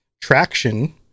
traction